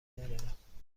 ندارم